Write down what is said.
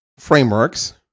frameworks